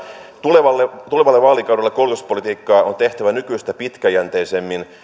tulevalla tulevalla vaalikaudella koulutuspolitiikkaa on tehtävä nykyistä pitkäjänteisemmin